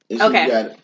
Okay